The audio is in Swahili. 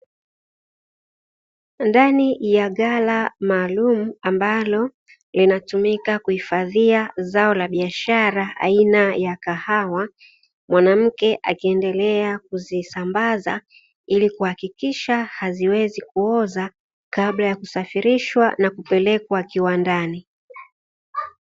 Ghala maalumu ambalo linatumika kuhifadhia zao la biashara aina ya kahawa, mwanamke akiendelea kuzisambaza ili kuhakikisha haziwezi kuoza kabla ya kusafirishwa na kupelekwa kiwandani.